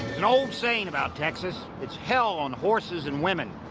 an old saying about texas it's hell on horses and women.